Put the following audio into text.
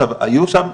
עכשיו האיום שם,